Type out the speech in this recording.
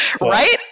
Right